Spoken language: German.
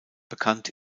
bekannt